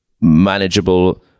manageable